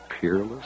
peerless